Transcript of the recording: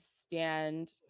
stand